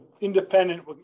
independent